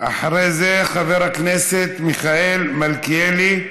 אחרי זה, חבר הכנסת מיכאל מלכיאלי.